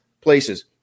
places